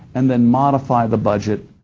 and then modify the budget.